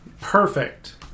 Perfect